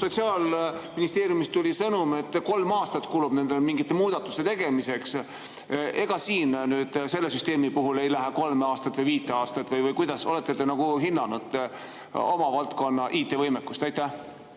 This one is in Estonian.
Sotsiaalministeeriumist tuli sõnum, et nendel kulub kolm aastat mingite muudatuste tegemiseks. Ega nüüd selle süsteemi puhul ei lähe kolme aastat või viit aastat või kuidas? Olete te hinnanud oma valdkonna IT‑võimekust? Aitäh!